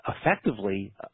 effectively